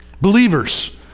Believers